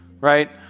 right